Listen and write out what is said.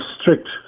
strict